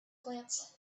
glance